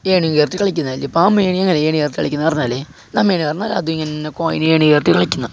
ഏണിയും ആയിട്ട് കളിക്കുന്ന പാമ്പും കളിക്കുന്നതെന്ന് പറഞ്ഞാല് ഏണി ഇറക്കി കളിക്കുന്ന